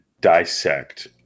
dissect